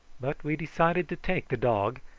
but we decided to take the dog,